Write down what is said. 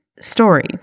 story